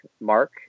Mark